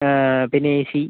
പിന്നെ A C